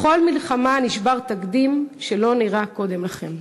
בכל מלחמה נשבר תקדים שלא נראה קודם לכן.